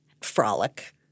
frolic